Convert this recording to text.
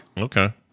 Okay